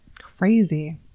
Crazy